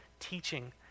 Teaching